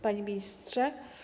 Panie Ministrze!